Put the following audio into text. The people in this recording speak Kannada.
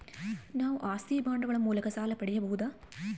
ನಾವು ಆಸ್ತಿ ಬಾಂಡುಗಳ ಮೂಲಕ ಸಾಲ ಪಡೆಯಬಹುದಾ?